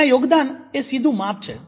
ત્યાં યોગદાન એ સીધું માપ છે